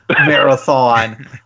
marathon